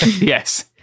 Yes